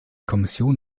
kommission